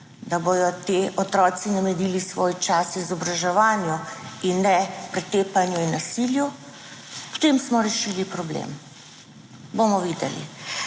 da bodo ti otroci namenili svoj čas izobraževanju in ne pretepanju in nasilju, potem smo rešili problem, bomo videli.